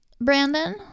Brandon